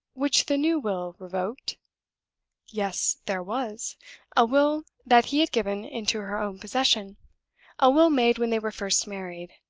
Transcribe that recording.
which the new will revoked yes, there was a will that he had given into her own possession a will made when they were first married.